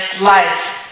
life